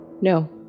no